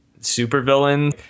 supervillain